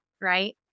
right